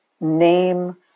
name